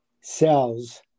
cells